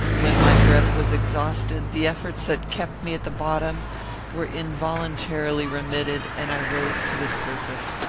when my breath was exhausted, the efforts that kept me at the bottom were involuntarily remitted, and i rose to the surface.